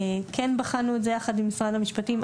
כן בחנו את זה יחד עם משרד המשפטים.